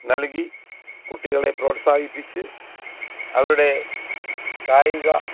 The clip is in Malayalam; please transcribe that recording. നൽകി കുട്ടികളെ പ്രോത്സാഹിപ്പിച്ച് അവരുടെ കായിക